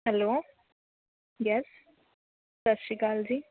hello yes Sat Shri Akal ਜੀ